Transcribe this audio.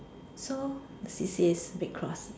so C_C_A red cross